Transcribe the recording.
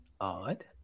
odd